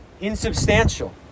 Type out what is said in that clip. insubstantial